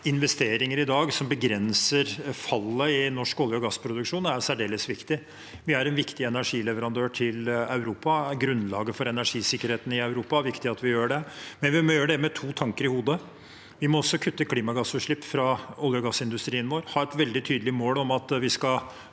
investe- ringer i dag som begrenser fallet i norsk olje- og gassproduksjon, er særdeles viktig. Vi er en viktig energileverandør til Europa, vi er grunnlaget for energisikkerheten i Europa. Det er viktig at vi gjør det, men vi må gjøre det med to tanker i hodet. Vi må også kutte klimagassutslipp fra olje- og gassindustrien vår, ha et veldig tydelig mål om at vi skal